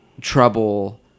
trouble